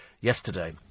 yesterday